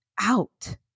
out